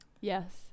yes